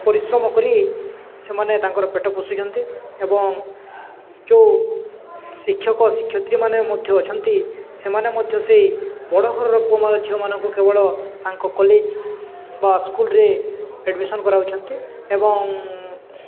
ପରିଶ୍ରମ କରି ସେମାନେ ତାଙ୍କର ପେଟ ପୋଷୁଛନ୍ତି ଏବଂ ଯେଉଁ ଶିକ୍ଷକ ଶିକ୍ଷୟତ୍ରୀମାନେ ମଧ୍ୟ ଅଛନ୍ତି ସେମାନେ ମଧ୍ୟ ସେଇ ବଡ଼ ଘରର ଝିଅମାନଙ୍କୁ କେବଳ ତାଙ୍କ କଲେଜ୍ ବା ସ୍କୁଲ୍ରେ ଆଡ଼ମିସନ୍ କରାଉଛନ୍ତି ଏବଂ